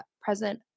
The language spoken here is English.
present